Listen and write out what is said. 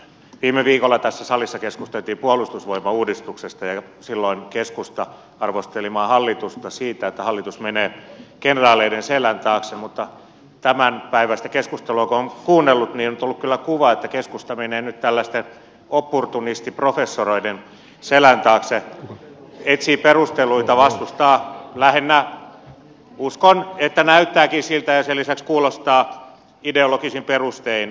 viime viikolla tässä salissa keskusteltiin puolustusvoimauudistuksesta ja silloin keskusta arvosteli maan hallitusta siitä että hallitus menee kenraaleiden selän taakse mutta kun on kuunnellut tämänpäiväistä keskustelua niin on tullut kyllä kuva että keskusta menee nyt tällaisten opportunistiprofessoreiden selän taakse etsii perusteluita vastustaa lähinnä uskon että näyttääkin siltä ja sen lisäksi kuulostaa ideologisin perustein kuntarakenneuudistusta